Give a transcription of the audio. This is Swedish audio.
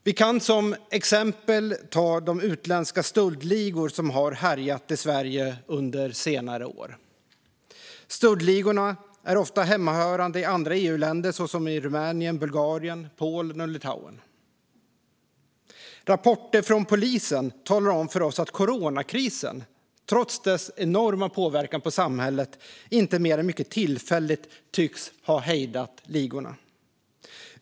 Vi kan som exempel ta de utländska stöldligor som har härjat i Sverige under senare år. Stöldligorna är ofta hemmahörande i andra EU-länder såsom Rumänien, Bulgarien, Polen och Litauen. Rapporter från polisen talar om för oss att coronakrisen, trots dess enorma påverkan på samhället, inte mer än mycket tillfälligt tycks ha hejdat ligorna.